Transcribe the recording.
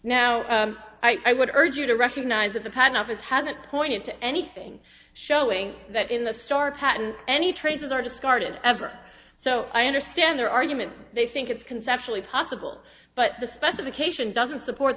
now i would urge you to recognize that the patent office hasn't pointed to anything showing that in the store patent any traces are discarded ever so i understand their argument they think it's conceptually possible but the specification doesn't support